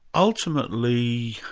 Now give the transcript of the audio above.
ultimately,